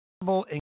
incredible